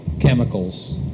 chemicals